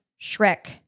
Shrek